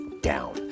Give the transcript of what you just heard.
down